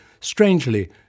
strangely